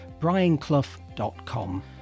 brianclough.com